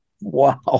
Wow